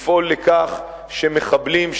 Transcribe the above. לפעול לכך שמחבלים,